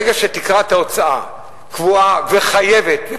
ברגע שתקרת ההוצאה קבועה וחייבת,